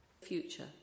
Future